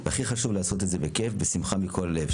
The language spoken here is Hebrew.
והכי חשוב לעשות את זה בכיף, בשמחה ומכל הלב.